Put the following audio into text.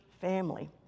family